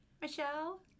Michelle